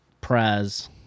prize